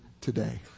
today